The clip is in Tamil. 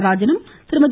நடராஜனும் திருமதி